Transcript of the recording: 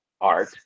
art